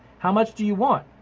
how much do you want?